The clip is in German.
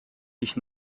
dich